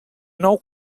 nou